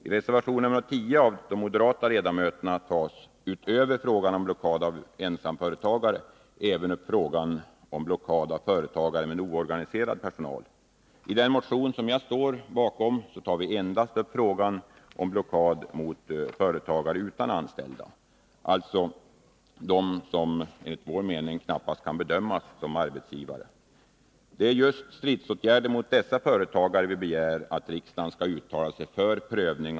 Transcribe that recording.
I reservation 10 av de moderata ledamöterna tas, utöver frågan om blockad av ensamföretagare, även upp frågan om blockad av företagare med oorganiserad personal. I den motion som jag står bakom tar vi endast upp frågan om blockad mot företagare utan anställda, alltså de som enligt vår mening knappast kan bedömas som arbetsgivare. Det är en prövning av lagregler mot stridsåtgärder riktade mot just dessa företagare som vi begär att riksdagen skall uttala sig för.